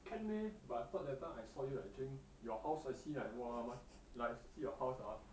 can meh but I thought that time I saw you like drink your house I see like !wah! mah I see your house ah